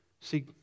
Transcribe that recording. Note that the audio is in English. See